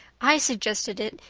i suggested it.